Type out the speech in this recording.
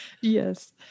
Yes